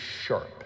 sharp